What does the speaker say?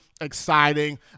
exciting